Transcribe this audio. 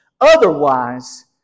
Otherwise